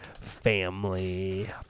family